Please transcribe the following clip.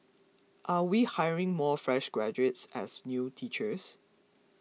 are we hiring more fresh graduates as new teachers